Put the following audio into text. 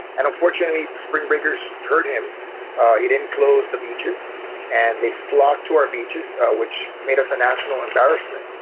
and unfortunately, spring breakers heard him it didn't close the beaches and they flock to our beaches, which made us a national embarrassment.